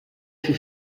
aschi